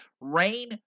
rain